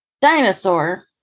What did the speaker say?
Dinosaur